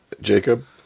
Jacob